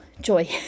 joy